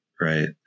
right